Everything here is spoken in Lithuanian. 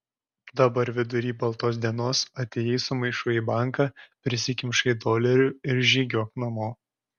dabar vidury baltos dienos atėjai su maišu į banką prisikimšai dolerių ir žygiuok namo